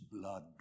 blood